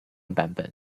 版本